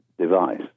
device